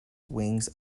wings